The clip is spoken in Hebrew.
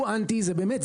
הוא אנטי באמת,